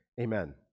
Amen